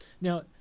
Now